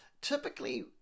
Typically